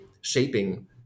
shaping